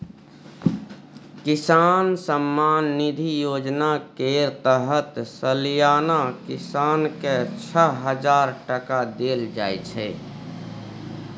किसान सम्मान निधि योजना केर तहत सलियाना किसान केँ छअ हजार टका देल जाइ छै